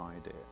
idea